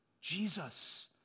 Jesus